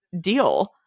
deal